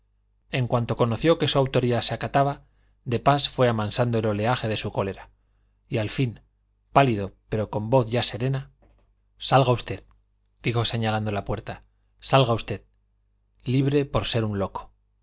en cuanto conoció que su autoridad se acataba de pas fue amansando el oleaje de su cólera y al fin pálido pero con voz ya serena salga usted dijo señalando a la puerta salga usted libre por ser un loco